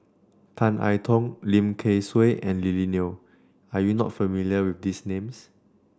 Tan I Tong Lim Kay Siu and Lily Neo are you not familiar with these names